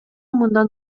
мындан